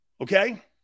Okay